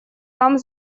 там